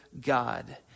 God